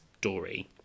Dory